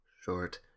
Short